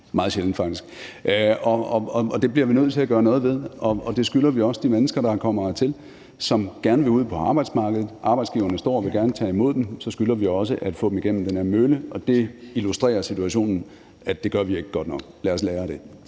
meget sjældent faktisk. Og det bliver vi nødt til at gøre noget ved. Det skylder vi også de mennesker, der er kommet hertil, som gerne vil ud på arbejdsmarkedet. Arbejdsgiverne står og vil gerne tage imod dem; så skylder vi også at få dem igennem den her mølle, og det illustrerer situationen at vi ikke gør godt nok. Lad os lære af det.